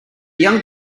young